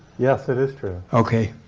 yes, it is true. okay.